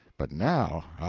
but now ah,